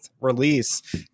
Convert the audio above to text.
release